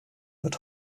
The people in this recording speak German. wird